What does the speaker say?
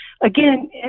Again